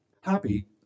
Happy